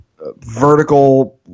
vertical